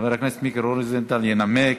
חבר הכנסת מיקי רוזנטל ינמק.